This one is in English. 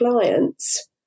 clients